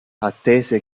attese